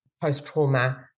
post-trauma